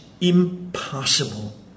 impossible